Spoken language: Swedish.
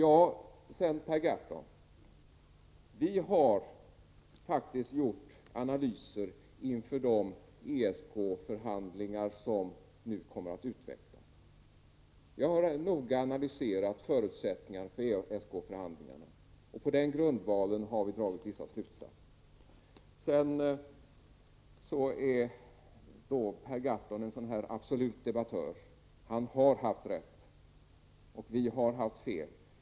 Till Per Gahrton vill jag säga att vi faktiskt har gjort analyser inför de ESK-förhandlingar som nu kommer att genomföras. Vi har noga analyserat förutsättningarna för ESK-förhandlingarna, och på den grundvalen har vi dragit vissa slutsatser. Sedan är då Per Gahrton en absolut debattör -- han har haft rätt och vi har haft fel.